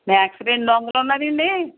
maths రెండు వందలు ఉన్నది అండి